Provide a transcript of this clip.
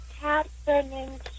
happening